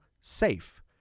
SAFE